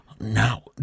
Now